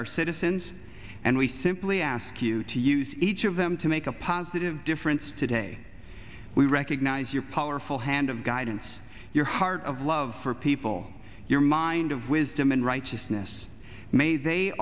our citizens and we simply ask you to use each of them to make a positive difference today we recognize your powerful hand of guidance your heart of love for people your mind of wisdom and right just this may they